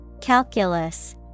Calculus